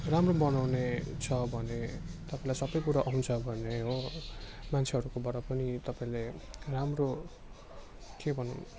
राम्रो बनाउने छ भने तपाईँलाई सबै कुरो आउँछ भने हो मान्छेहरूकोबाट पनि तपाईँले राम्रो के भनौँ